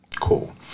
Cool